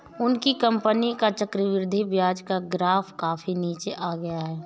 उनकी कंपनी का चक्रवृद्धि ब्याज का ग्राफ काफी नीचे आ गया है